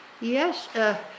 Yes